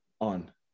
on